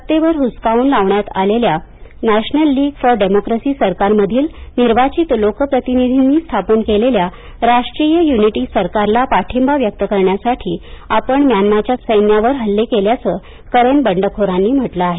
सत्तेवर हुसकावून लावण्यात आलेल्या नॅशनल लिग फॉर डेमोक्रसी सरकारमधील निर्वाचित लोक प्रतिनिधींनी स्थापन केलेल्या राष्ट्रीय युनिटी सरकारला पाठिंबा व्यक्त करण्यासाठी आपण म्यानमाच्या सैन्यावर हल्ले केल्याचं करेन बंडखोरांनी म्हटलं आहे